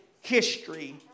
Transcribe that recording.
history